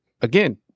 Again